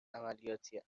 عملیاتی